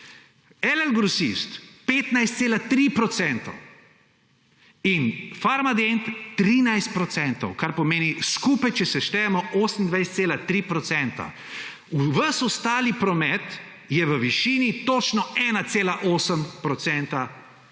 LL Grosist 15,3 % in Farmadent 13 %, kar pomeni skupaj, če seštejemo, 28,3 %. Ves ostali promet je v višini točno 1,8 %,